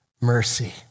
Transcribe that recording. mercy